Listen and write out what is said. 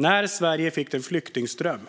När Sverige fick en flyktingström